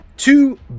Two